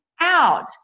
out